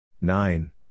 Nine